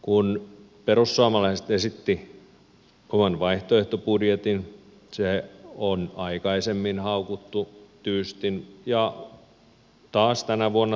kun perussuomalaiset esitti oman vaihtoehtobudjettinsa se on aikaisemmin haukuttu tyystin ja taas tänä vuonna tapahtui niin